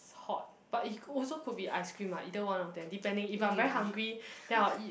hot but it could also could be ice cream ah either one of them depending if I'm very hungry then I'll eat